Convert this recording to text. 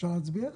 אפשר להצביע?